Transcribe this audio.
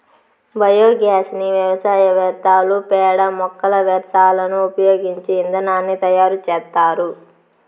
biogas ని వ్యవసాయ వ్యర్థాలు, పేడ, మొక్కల వ్యర్థాలను ఉపయోగించి ఇంధనాన్ని తయారు చేత్తారు